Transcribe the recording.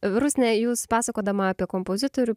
rusne jūs pasakodama apie kompozitorių